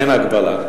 אין הגבלה.